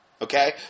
Okay